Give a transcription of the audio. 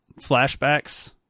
flashbacks